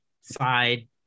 side